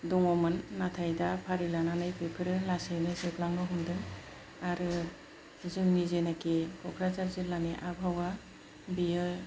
दङमोन नाथाय दा फारि लानानै बेफोरो लासैनो जोबलांनो हमदों आरो जोंनि जेनोखि क'क्राझार जिल्लानि आबहावा बेयो